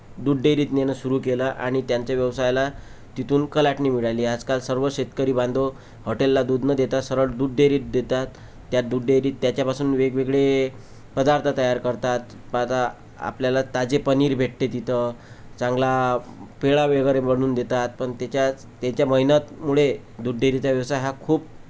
दूध डेअरीत नेणं सुरू केलं आणि त्यांच्या व्यवसायाला तिथून कलाटणी मिळाली आजकाल सर्व शेतकरी बांधव हॉटेलला दूध न देता सरळ दूध डेअरीत देतात त्या दूध डेअरीत त्याच्यापासून वेगवेगळे पदार्थ तयार करतात पदा आपल्याला ताजे पनीर भेटते तिथं चांगला पेढा वगैरे बनवून देतात पण त्याच्याच त्यांच्या मेहनतमुळे दूध डेअरीचा व्यवसाय हा खूप